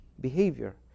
behavior